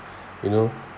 you know